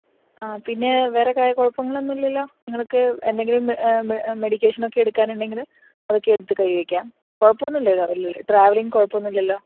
ആ പിന്നെ വേറെ കുഴപ്പങ്ങളൊന്നുമില്ലല്ലോ നിങ്ങൾക്ക് എന്തെങ്കിലും മെഡിക്കേഷനൊക്കെ എടുക്കാനുണ്ടെങ്കിൽ അതൊക്കെ എടുത്തു കയ്യിൽ വയ്ക്കാം കുഴപ്പം ഒന്നുമില്ലല്ലോ അല്ലേ ട്രാവെല്ലിങ്ങ് കുഴപ്പമൊന്നുമില്ലല്ലോ